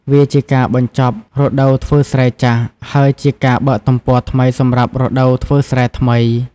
វាជាការបញ្ចប់រដូវធ្វើស្រែចាស់ ហើយជាការបើកទំព័រថ្មីសម្រាប់រដូវធ្វើស្រែថ្មី។